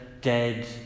dead